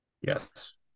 Yes